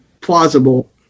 plausible